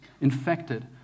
infected